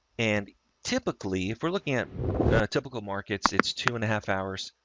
and typically, if we're looking at a typical markets, it's two and a half hours,